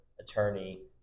attorney